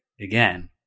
again